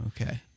Okay